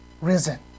risen